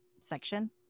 section